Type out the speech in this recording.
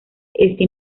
este